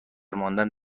ماندن